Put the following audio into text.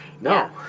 No